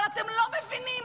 אבל אתם לא מבינים.